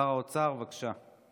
שר האוצר, בבקשה.